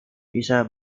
bisa